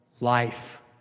Life